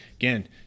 Again